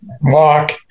walk